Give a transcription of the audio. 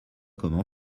comment